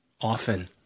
often